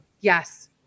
Yes